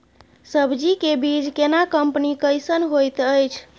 सब्जी के बीज केना कंपनी कैसन होयत अछि?